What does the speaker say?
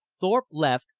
thorpe left,